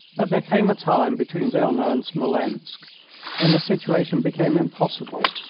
but there came a time between wilna and smolensk when the situation became impossible.